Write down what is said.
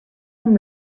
amb